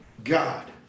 God